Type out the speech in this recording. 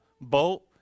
boat